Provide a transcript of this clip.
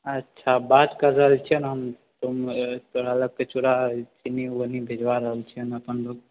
अच्छा बात कर रहल छिएन हम तोरा लोगकेँ चूड़ा चीन्नी वहीँ भिजवा रहल छिएन अपन लोक